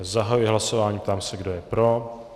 Zahajuji hlasování a ptám se, kdo je pro.